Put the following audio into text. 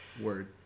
Word